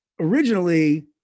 originally